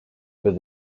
with